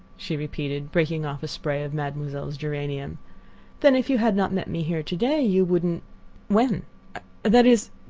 she repeated, breaking off a spray of mademoiselle's geranium then if you had not met me here to-day you wouldn't when that is,